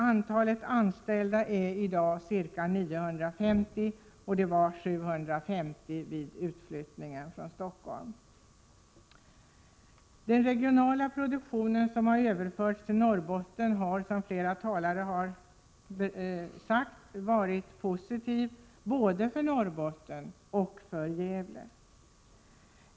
Antalet anställda är i dag ca 950, mot 750 vid utflyttningen från Stockholm. Som flera talare här har sagt, har det varit positivt både för Norrbotten och för Gävle att den regionala produktionen överförts till Norrbotten.